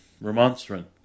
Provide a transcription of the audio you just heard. Remonstrant